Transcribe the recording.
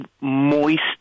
moist